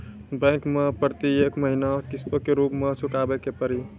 Bank मैं प्रेतियेक महीना किस्तो के रूप मे चुकाबै के पड़ी?